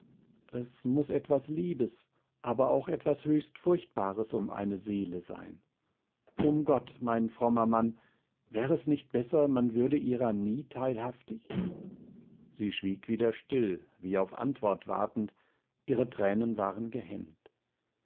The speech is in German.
es muß etwas liebes aber auch etwas höchst furchtbares um eine seele sein um gott mein frommer mann wär es nicht besser man würde ihrer nie teilhaftig sie schwieg wieder still wie auf antwort wartend ihre tränen waren gehemmt